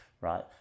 right